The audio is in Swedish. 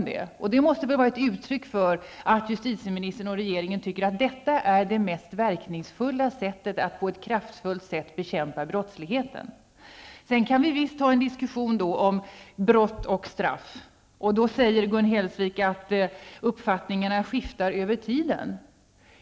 Det måste väl vara ett uttryck för att justitieministern och regeringen tycker att detta är det mest verkningsfulla för att på ett kraftfullt sätt bekämpa brottsligheten. Vi kan visst föra en diskussion om brott och straff. Gun Hellsvik säger att uppfattningarna skiftar över tiden.